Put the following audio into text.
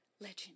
Legend